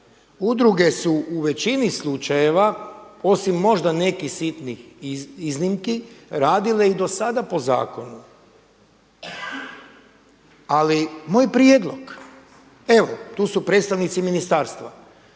udruge su u većini slučajeva, osim možda nekih sitnih iznimki radile i do sada po zakonu, ali moj prijedlog evo tu su predstavnici ministarstva,